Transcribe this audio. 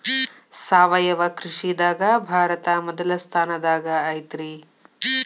ಸಾವಯವ ಕೃಷಿದಾಗ ಭಾರತ ಮೊದಲ ಸ್ಥಾನದಾಗ ಐತ್ರಿ